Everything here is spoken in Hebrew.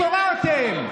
פתאום התעוררתם.